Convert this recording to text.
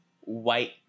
white